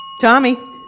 Tommy